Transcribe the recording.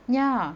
ya